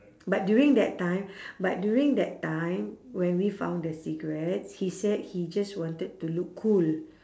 but during that time but during that time when we found the cigarettes he said he just wanted to look cool